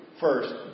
first